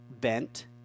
bent